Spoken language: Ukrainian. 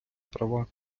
права